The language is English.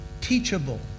teachable